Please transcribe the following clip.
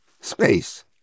space